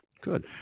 Good